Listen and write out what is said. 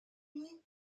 nuit